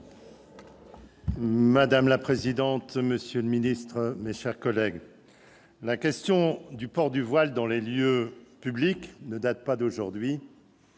Madame la présidente, monsieur le secrétaire d'État, mes chers collègues, la question du port du voile dans les lieux publics ne date pas d'aujourd'hui.